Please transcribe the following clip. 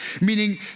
meaning